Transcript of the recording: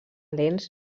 lents